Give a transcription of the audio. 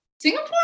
Singapore